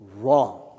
wrong